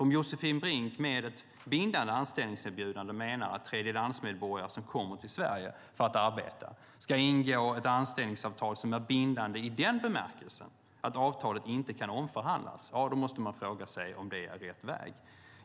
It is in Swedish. Om Josefin Brink med ett bindande anställningserbjudande menar att tredjelandsmedborgare som kommer till Sverige för att arbeta ska ingå ett anställningsavtal som är bindande i den bemärkelsen att avtalet inte kan omförhandlas, måste man fråga sig om det är rätt väg.